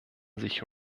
sich